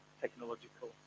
technological